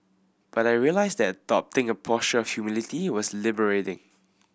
but I realised that adopting a posture of humility was liberating